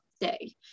day